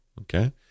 okay